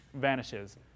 vanishes